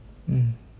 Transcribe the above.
mm